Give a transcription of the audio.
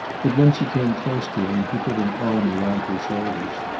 but when she came close to him he put an arm around her shoulders.